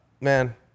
man